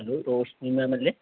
hello Roshni ma'am അല്ലെ